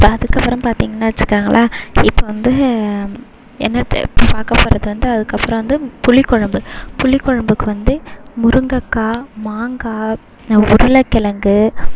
இப்போ அதுக்கப்புறம் பார்த்திங்கனா வச்சுக்கங்கள இப்போ வந்து என்ன பார்க்கப்போறது வந்து அதுக்கப்புறம் வந்து புளிக்குழம்பு புளிக்குழம்புக்கு வந்து முருங்கைக்காய் மாங்காய் உருளைக்கிழங்கு